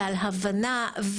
ועל הבנה,